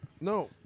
No